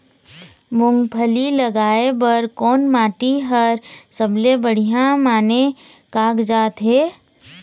मूंगफली लगाय बर कोन माटी हर सबले बढ़िया माने कागजात हे?